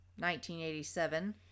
1987